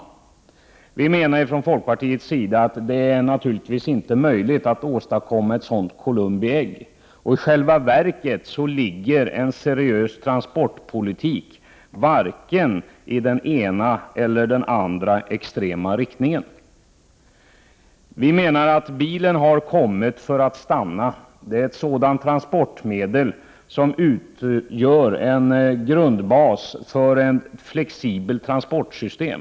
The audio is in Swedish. Ifrån folkpartiets sida menar vi att det naturligtvis inte är möjligt att åstadkomma ett sådant Columbi ägg. I själva verket kännetecknas en seriös transportpolitik av varken den ena eller den andra extrema riktningen. Enligt vår åsikt har bilen kommit för att stanna. Det är ett transportmedel som utgör en grund för ett flexibelt transportsystem.